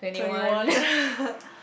twenty one